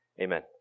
Amen